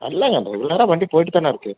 இல்லைங்க இவ்வளோநேரம் வண்டி போயிட்டுதானே இருக்கு